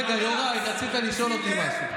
אבל רגע, יוראי, רצית לשאול אותי משהו.